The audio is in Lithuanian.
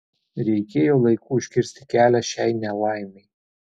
reikėjo laiku užkirsti kelią šiai nelaimei